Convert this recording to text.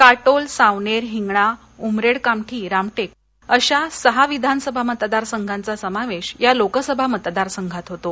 काटोल सावनेर हिंगणा उमरेड कामठी रामटेक अशा सहा विधानसभा मतदारसंघांचा समावेश या लोकसभा मतदारसंघात होतो